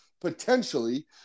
potentially